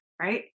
Right